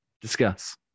discuss